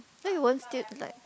so you won't steal like